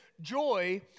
Joy